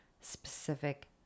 specific